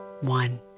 one